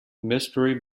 mystery